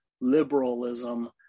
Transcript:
liberalism